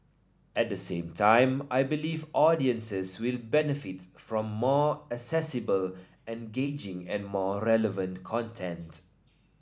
at the same time I believe audiences will benefit from more accessible engaging and more relevant content